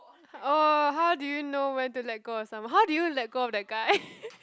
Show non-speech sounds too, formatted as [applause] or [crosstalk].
oh how do you know when to let go of someone how did you let go that guy [laughs]